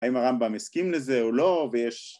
האם הרמב״ם מסכים לזה או לא ויש